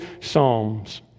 psalms